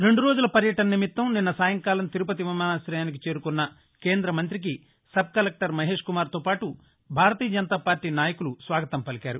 రెండు రోజుల పర్యటన నిమిత్తం నిన్న సాయంకాలం తిరుపతి విమానారయానికి చేరుకున్న కేంద మంతికి సబ్ కలెక్టర్ మహాష్ కుమార్ తో పాటు భారతీయ జనతాపార్టీ నాయకులు స్వాగతం పలికారు